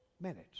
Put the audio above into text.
minutes